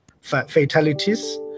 fatalities